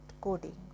coding